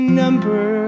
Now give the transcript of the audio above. number